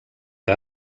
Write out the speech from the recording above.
que